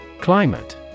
Climate